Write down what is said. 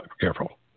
careful